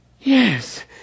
Yes